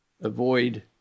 Avoid